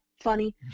funny